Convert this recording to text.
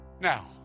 now